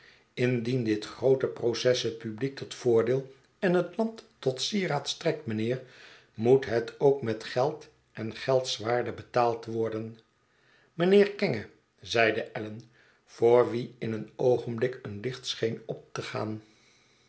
indien dit groote proces het publiek tot voordeel en het land tot sieraad strekt mijnheer moet het ook met geld en geldswaarde betaald worden mijnheer kenge zeide allan voor wien in een oogenblik een licht scheen op te gaan